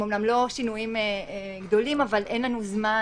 הם אמנם לא שינויים גדולים אבל אין לנו זמן,